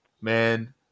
man